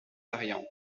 variante